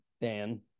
Dan